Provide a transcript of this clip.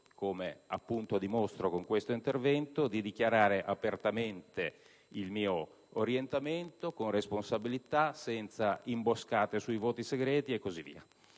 come appunto dimostro con questo intervento) di dichiarare apertamente il proprio orientamento, con responsabilità, senza imboscate sui voti segreti. Proprio